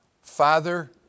Father